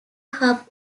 hub